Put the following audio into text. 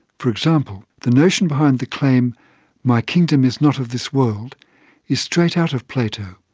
for example, the notion behind the claim my kingdom is not of this world is straight out of plato,